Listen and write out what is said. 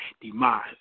demise